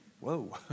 whoa